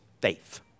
faith